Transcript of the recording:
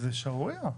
זה שערוריה.